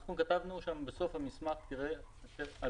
אנחנו כתבנו בסוף המסמך עלויות.